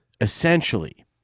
essentially